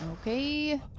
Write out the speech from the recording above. okay